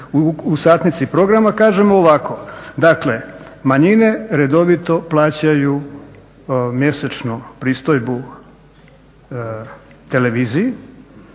u satnici programa kažemo ovako, dakle manjine redovito plaćaju mjesečnu pristojbu televiziji